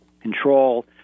control